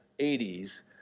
80s